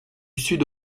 sud